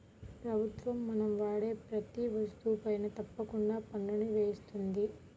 ప్రభుత్వం మనం వాడే ప్రతీ వస్తువుపైనా తప్పకుండా పన్నుని వేస్తుంది